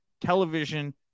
television